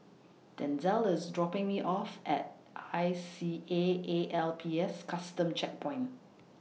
Denzel IS dropping Me off At I C A A L P S Custom Checkpoint